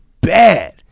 bad